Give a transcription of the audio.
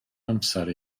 amser